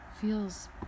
feels